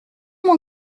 mon